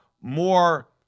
more